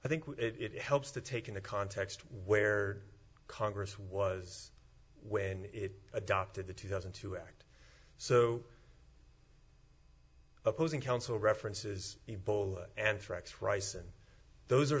i think it helps to take in the context where congress was when it adopted the two thousand to act so opposing counsel references ebola anthrax raisen those